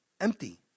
empty